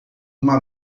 uma